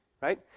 right